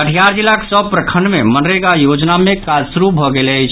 कटिहार जिलाक सभ प्रखंड मे मनरेगा योजना मे काज शुरू भऽ गेल अछि